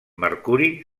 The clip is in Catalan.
mercuri